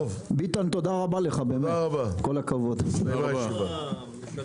תודה רבה, הישיבה נעולה.